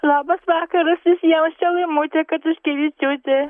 labas vakaras visiems čia laimutė katuškevičiūtė